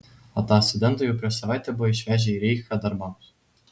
o tą studentą jau prieš savaitę buvo išvežę į reichą darbams